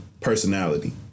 personality